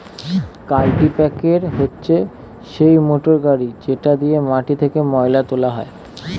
কাল্টিপ্যাকের হচ্ছে সেই মোটর গাড়ি যেটা দিয়ে মাটি থেকে ময়লা তোলা হয়